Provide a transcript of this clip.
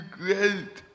great